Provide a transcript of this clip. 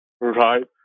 right